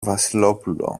βασιλόπουλο